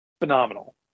phenomenal